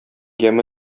яме